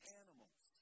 animals